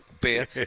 beer